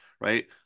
right